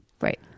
right